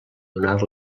donar